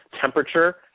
temperature